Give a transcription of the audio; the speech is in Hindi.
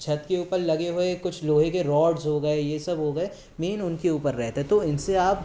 छत के ऊपर लगे हुए कुछ लोहे के रॉड्ज़ हो गए ये सब हो गए मेन उनके ऊपर रहता है तो इनसे आप